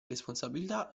responsabilità